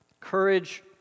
Courage